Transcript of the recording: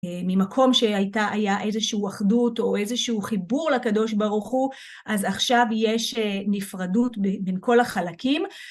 ממקום שהייתה... היה איזושהי אחדות או איזשהו חיבור לקדוש ברוך הוא, אז עכשיו יש נפרדות בין כל החלקים.